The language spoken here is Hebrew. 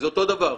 זה אותו דבר.